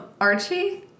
Archie